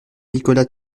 nicolas